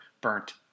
burnt